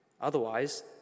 Otherwise